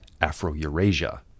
Afro-Eurasia